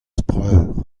preur